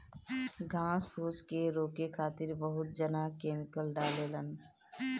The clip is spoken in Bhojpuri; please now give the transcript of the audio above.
घास फूस के रोके खातिर बहुत जना केमिकल डालें लन